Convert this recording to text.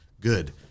good